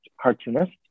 cartoonist